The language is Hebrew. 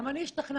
גם אני השתכנעתי.